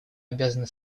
обязаны